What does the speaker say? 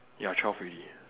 ya twelve already